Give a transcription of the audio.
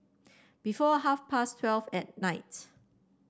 before half past twelve at night